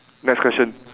next question